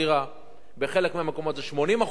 בחלק מהמקומות זה 80% משכר הדירה.